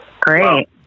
Great